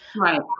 right